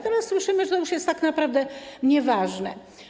Teraz słyszymy, że to już jest tak naprawdę nieważne.